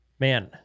Man